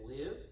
live